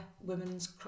women's